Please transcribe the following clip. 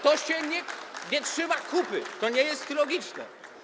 To się nie trzyma kupy, to nie jest logiczne.